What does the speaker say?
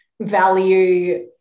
Value